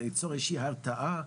ליצור איזושהי הרתעה,